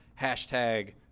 hashtag